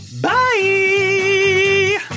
bye